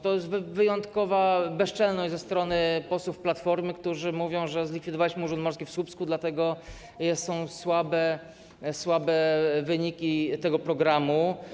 To jest wyjątkowa bezczelność ze strony posłów Platformy, którzy mówią, że zlikwidowaliśmy Urząd Morski w Słupsku, dlatego są słabe wyniki tego programu.